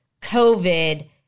COVID